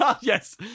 Yes